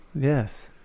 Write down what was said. Yes